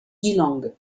geelong